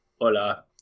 Hola